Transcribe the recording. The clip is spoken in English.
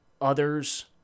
others